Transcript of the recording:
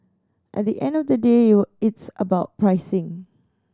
at the end of the day it's about pricing